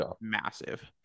massive